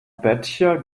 böttcher